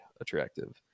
attractive